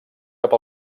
cap